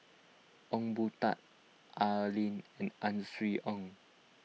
Ong Boon Tat Oi Lin N Ang Swee Aun